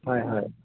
হয় হয়